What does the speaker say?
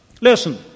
Listen